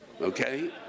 okay